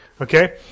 Okay